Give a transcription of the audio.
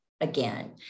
again